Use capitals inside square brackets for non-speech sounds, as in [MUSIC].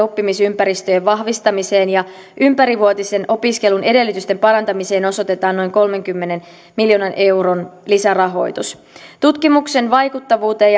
[UNINTELLIGIBLE] oppimisympäristöjen vahvistamiseen ja ympärivuotisen opiskelun edellytysten parantamiseen osoitetaan noin kolmenkymmenen miljoonan euron lisärahoitus tutkimuksen vaikuttavuuteen [UNINTELLIGIBLE]